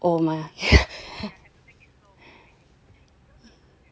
oh my